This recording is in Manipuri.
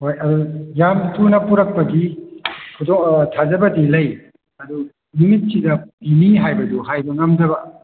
ꯍꯣꯏ ꯑꯗꯨ ꯌꯥꯝ ꯊꯨꯅ ꯄꯨꯔꯛꯄꯒꯤ ꯊꯥꯖꯕꯗꯤ ꯂꯩ ꯑꯗꯨ ꯅꯨꯃꯤꯠꯁꯤꯗ ꯄꯤꯅꯤ ꯍꯥꯏꯕꯗꯣ ꯍꯥꯏꯕ ꯉꯝꯗꯕ